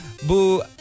Boo